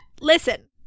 listen